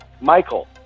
Michael